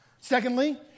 Secondly